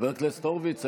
חבר הכנסת הורוביץ,